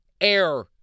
air